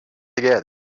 together